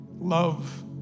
love